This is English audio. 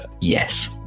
Yes